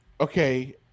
Okay